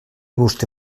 vostè